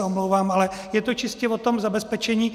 Omlouvám se, ale je to čistě o zabezpečení.